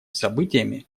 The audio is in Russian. событиями